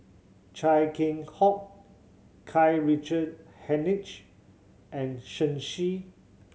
Chia Keng Hock Karl Richard Hanitsch and Shen Xi